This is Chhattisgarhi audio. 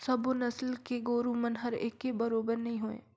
सबो नसल के गोरु मन हर एके बरोबेर नई होय